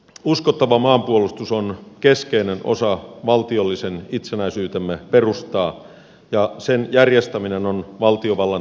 uskottava maanpuolustus on keskeinen osa valtiollisen itsenäisyytemme perustaa ja sen järjestäminen on valtiovallan tärkeimpiä tehtäviä